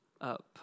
up